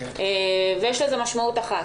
ויש לזה משמעות אחת,